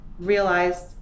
realized